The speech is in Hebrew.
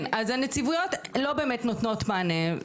הנציבויות לא באמת נותנות מענה.